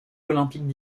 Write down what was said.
olympiques